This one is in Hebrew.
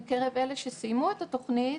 בקרב אלה שסיימו את התוכנית,